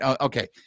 okay